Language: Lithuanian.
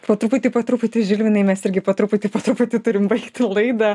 po truputį po truputį žilvinai mes irgi po truputį po truputį turim baigti laidą